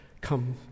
Come